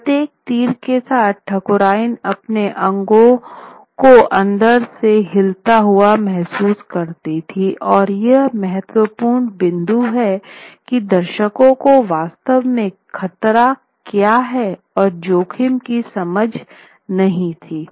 प्रत्येक तीर के साथ ठाकुरायन अपने अंगों को अंदर से हिलता हुआ महसूस करती थी और यह महत्वपूर्ण बिंदु है की दर्शकों को वास्तव में खतरे क्या और जोखिम की समझ नहीं थी